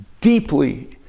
deeply